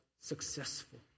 successful